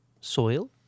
Soil